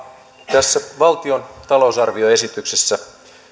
tässä valtion talousarvioesityksessä